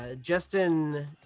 Justin